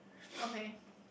okay